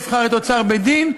מי שרוצה יבחר את אוצר בית-דין,